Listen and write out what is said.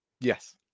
yes